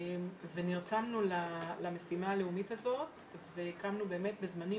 ונרתמנו למשימה הלאומית הזאת והקמנו באמת בזמנים